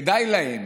כדאי להם